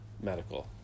medical